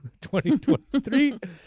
2023